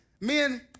men